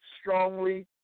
strongly